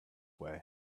way